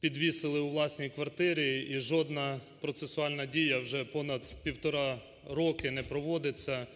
підвісили у власній квартирі, і жодна процесуальна дія вже понад півтора роки не проводиться.